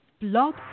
Blog